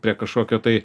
prie kažkokio tai